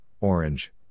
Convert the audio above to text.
Orange